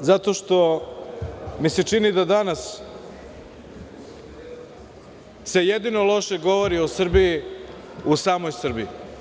zato što mi se čini da se danas jedino loše govori o Srbiji u samoj Srbiji.